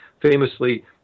Famously